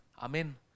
Amen